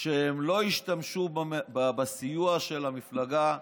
שהם לא ישתמשו בסיוע של המפלגה,